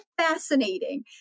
fascinating